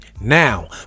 Now